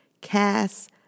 cast